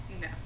No